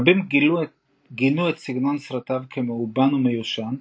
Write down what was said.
רבים גינו את סגנון סרטיו כמאובן ומיושן,